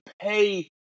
pay